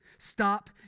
stop